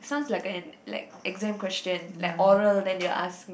sounds like an like exam question like oral then you ask me